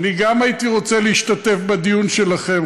גם אני הייתי רוצה להשתתף בדיון שלכם,